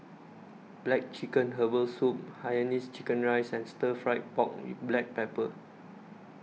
Black Chicken Herbal Soup Hainanese Chicken Rice and Stir Fried Pork with Black Pepper